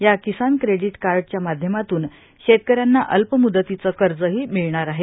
या किसान क्रेडिट कार्डच्या माध्यमातून शेतकऱ्यांना अल्प मुदतीचे कर्जही मिळणार आहे